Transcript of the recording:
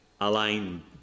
align